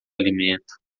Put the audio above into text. alimento